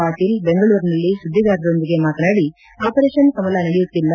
ಪಾಟೀಲ್ ಬೆಂಗಳೂರಿನಲ್ಲಿ ಸುದ್ದಿರಾರರೊಂದಿಗೆ ಮಾತನಾಡಿ ಅಪರೇಷನ್ ಕಮಲ ನಡೆಯುತ್ತಿಲ್ಲ